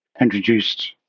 introduced